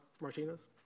Martinez